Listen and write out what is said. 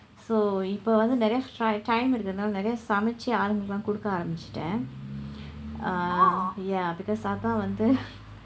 so இப்போ வந்து நிறைய:ippoo vandthu niraiya time இருந்தனால நிறைய சமைத்து ஆளுகளுக்கு கொடுக்க ஆரம்பித்து விட்டேன்:irundthnaala niraiya samaiththu aalukaalukku kodukka aarambiththu vitdeen ah ya because அதான் வந்து:athaan vandthu